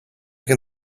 can